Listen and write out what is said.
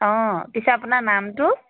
অঁ পিছে আপোনাৰ নামটো